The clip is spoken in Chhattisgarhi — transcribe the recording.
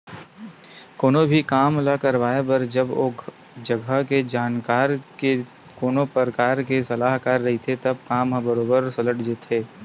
कोनो भी काम ल करवाए बर जब ओ जघा के जानकार ते कोनो परकार के सलाहकार रहिथे तब काम ह बरोबर सलटथे